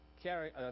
carry